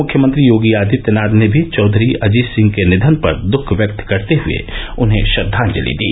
मुख्यमंत्री योगी आदित्यनाथ ने भी चौधरी अजीत सिंह के निधन पर दुख व्यक्त करते हुये उन्हें श्रद्वांजलि दी